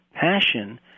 passion